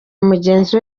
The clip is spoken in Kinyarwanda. mugenzi